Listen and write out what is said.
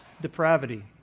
depravity